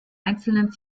einzelnen